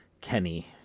Kenny